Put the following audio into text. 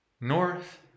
north